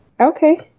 Okay